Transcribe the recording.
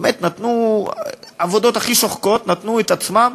באמת, בעבודות הכי שוחקות הם נתנו את עצמם,